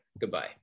goodbye